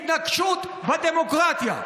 התנקשות בדמוקרטיה.